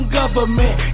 government